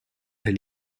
est